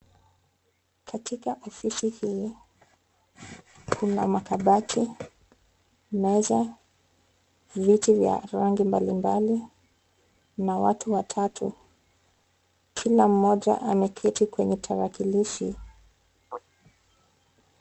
Katika ofisi hii kuna makabati, meza viti vya rangi mbalimbali na watu watatu kila moja ameketi kwenye tarakilishi.